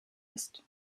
ist